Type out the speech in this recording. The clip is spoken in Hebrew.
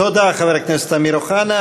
תודה, חבר הכנסת אמיר אוחנה.